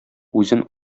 үзен